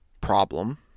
problem